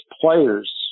players